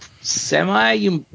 semi